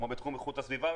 כמו בתחום איכות הסביבה.